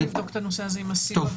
נבדוק את הנושא הזה עם הסיוע.